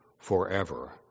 forever